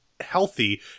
healthy